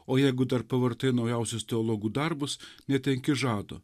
o jeigu dar pavartai naujausius teologų darbus netenki žado